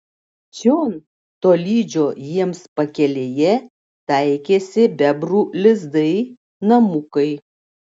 čion tolydžio jiems pakelėje taikėsi bebrų lizdai namukai